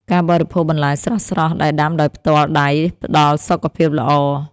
ការបរិភោគបន្លែស្រស់ៗដែលដាំដោយផ្ទាល់ដៃផ្ដល់សុខភាពល្អ។